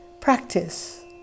practice